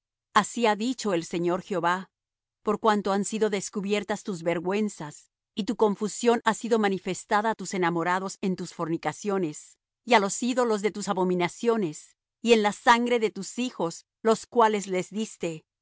así ha dicho el señor jehová por cuanto han sido descubiertas tus vergüenzas y tu confusión ha sido manifestada á tus enamorados en tus fornicaciones y á los ídolos de tus abominaciones y en la sangre de tus hijos los cuales les diste por